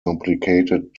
complicated